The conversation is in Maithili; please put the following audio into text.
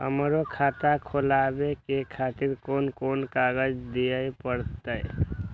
हमरो खाता खोलाबे के खातिर कोन कोन कागज दीये परतें?